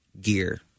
gear